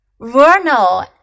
vernal